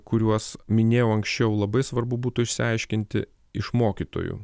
kuriuos minėjau anksčiau labai svarbu būtų išsiaiškinti iš mokytojų